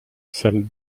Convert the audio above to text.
salle